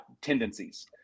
tendencies